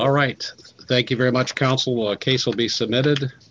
all right thank you very much counsel a case will be submitted